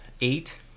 eight